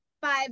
five